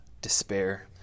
despair